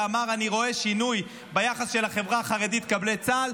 ואמר: אני רואה שינוי ביחס של החברה החרדית כלפי צה"ל.